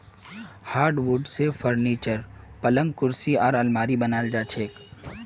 hardwood स furniture, पलंग कुर्सी आर आलमारी बनाल जा छेक